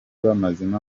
bamazemo